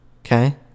Okay